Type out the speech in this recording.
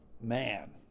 man